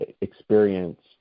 experience